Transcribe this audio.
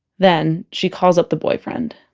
then she call up the boyfriend